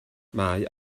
mae